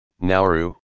Nauru